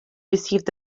received